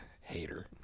Hater